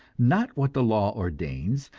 not what the law ordains,